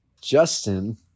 Justin